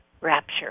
rapture